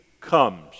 comes